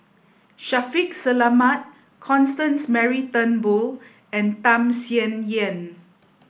Shaffiq Selamat Constance Mary Turnbull and Tham Sien Yen